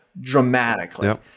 Dramatically